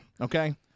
Okay